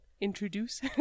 introduce